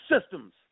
systems